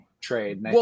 trade